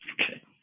Okay